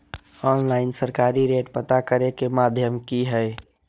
Online सरकारी rate पता करे के माध्यम की हय?